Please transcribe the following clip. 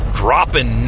dropping